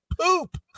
poop